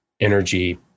energy